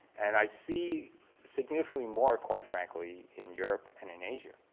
and i see significantly more, quite frankly, in europe and in asia.